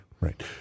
Right